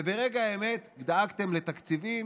וברגע האמת דאגתם לתקציבים,